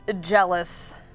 jealous